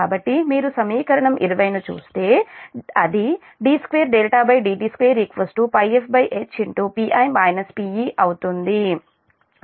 కాబట్టి మీరు సమీకరణం 20 ను చూస్తే అది d2dt2 πfH అవుతుంది